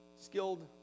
Skilled